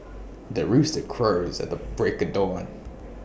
the rooster crows at the break of dawn